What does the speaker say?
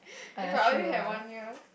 if I only have one year